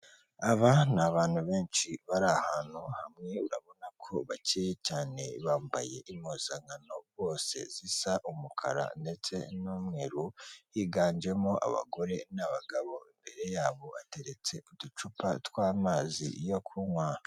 Aba ni abantu benshi bari ahantu hamwe urabona ko bakeye cyane bambaye impuzankano bose zisa umukara ndetse n'umweru higanjemo abagore n'abagabo imbere yabo bateretse uducupa tw'amazi yo kunywa.